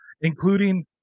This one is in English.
including